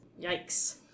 Yikes